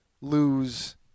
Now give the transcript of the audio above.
lose